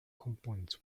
components